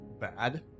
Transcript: bad